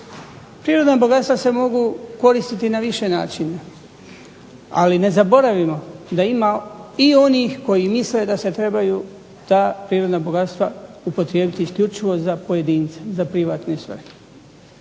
Prirodna bogatstva se mogu koristiti na više načina, ali ne zaboravimo da ima i onih koji misle da se trebaju ta prirodna bogatstva upotrijebiti isključivo za pojedince, za privatne svrhe.